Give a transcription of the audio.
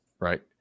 Right